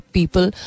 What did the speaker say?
people